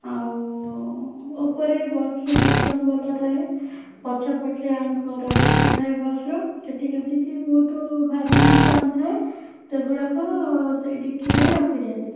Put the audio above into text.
ଆଉ ଉପରେ ବସ୍ରେ ସିଷ୍ଟମ୍ ଭଲ ଥାଏ ପଛ ପଟରେ ୟା'ଙ୍କର ଡିକି ଥାଏ ବସ୍ ର ସେଠି ଯଦି ଯିଏ ବହୁତ ଭାରି ଜିନିଷ ଆଣିଥାଏ ସେଗୁଡ଼ାକ ସେଇ ଡିକିରେ ରଖିଦିଅନ୍ତି